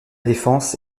défense